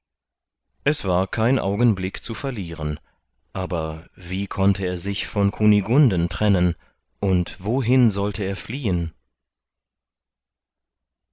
es war kein augenblick zu verlieren aber wie konnte er sich von kunigunden trennen und wohin sollte er fliehen